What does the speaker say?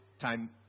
time